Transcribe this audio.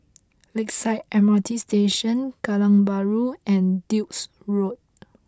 Lakeside M R T Station Kallang Bahru and Duke's Road